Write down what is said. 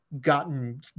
gotten